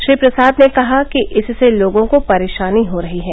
श्री प्रसाद ने कहा कि इससे लोगों को परेशानी हो रही है